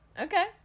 Okay